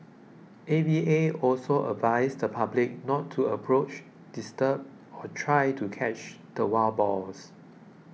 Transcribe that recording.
A V A also advised the public not to approach disturb or try to catch the wild boars